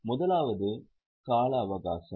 முதலாவது கால அவகாசம்